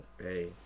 Hey